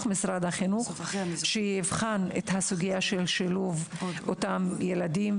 משרד החינוך שייבחן את סוגיית השילוב של אותם ילדים.